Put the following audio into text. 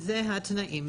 זה התנאים.